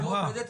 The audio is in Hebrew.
אמרה.